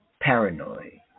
paranoid